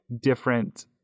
different